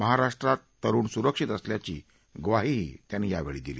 महाराष्ट्रात तरूण सुरक्षित असल्याची ग्वाही त्यांनी दिली